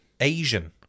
Asian